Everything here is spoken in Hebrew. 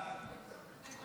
ההצעה